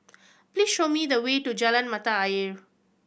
please show me the way to Jalan Mata Ayer